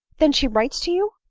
then she writes to you!